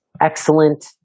excellent